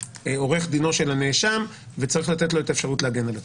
עורך דינו של הנאשם וצריך לתת לו את האפשרות להגן על עצמו.